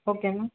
okay ma'am